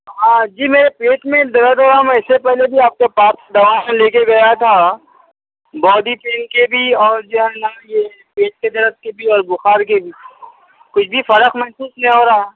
ہاں جی میرے پیٹ میں درد ہو رہا میں اس سے پہلے بھی آپ کے پاس سے دوا لے کے گیا تھا باڈی پین کے بھی اور جو ہے نا یہ پیٹ کے درد کے بھی اور بخار کے بھی کچھ بھی فرق محسوس نہیں ہو رہا